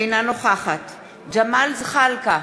אינה נוכחת ג'מאל זחאלקה,